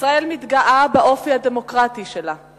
ישראל מתגאה באופי הדמוקרטי שלה.